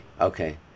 Okay